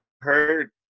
heard